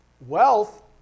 Wealth